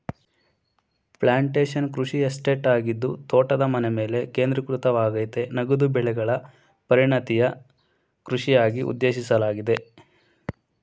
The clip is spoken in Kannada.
ಪ್ಲಾಂಟೇಶನ್ ಕೃಷಿ ಎಸ್ಟೇಟ್ ಆಗಿದ್ದು ತೋಟದ ಮನೆಮೇಲೆ ಕೇಂದ್ರೀಕೃತವಾಗಯ್ತೆ ನಗದು ಬೆಳೆಗಳ ಪರಿಣತಿಯ ಕೃಷಿಗಾಗಿ ಉದ್ದೇಶಿಸಲಾಗಿದೆ